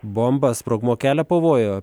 bomba sprogmuo kelia pavojų